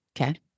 Okay